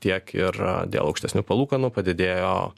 tiek ir dėl aukštesnių palūkanų padidėjo